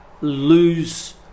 lose